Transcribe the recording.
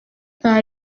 nka